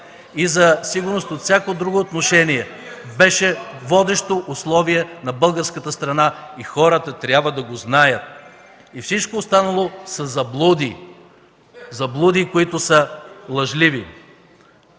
и за сигурност във всяко друго отношение бяха водещо условие на българската страна и хората трябва да го знаят. Всичко останало са заблуди – заблуди, които са лъжливи.